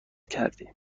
کردیم